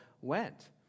went